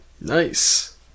Nice